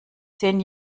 zehn